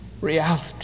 reality